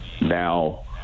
now